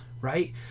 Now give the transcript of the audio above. Right